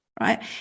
Right